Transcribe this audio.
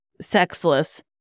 sexless